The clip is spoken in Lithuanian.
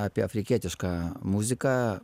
apie afrikietišką muziką